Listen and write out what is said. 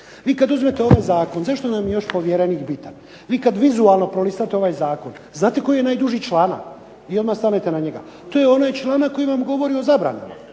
Vi kada uzmete ovaj Zakon, zašto nam je još povjerenik bitan, vi kada vizualno prelistate ovaj Zakon, znate koji je najduži članak, i onda stanete na njega, to je onaj članak koji vam govori o zabranama.